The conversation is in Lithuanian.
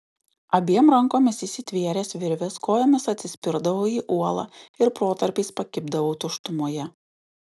abiem rankomis įsitvėręs virvės kojomis atsispirdavau į uolą ir protarpiais pakibdavau tuštumoje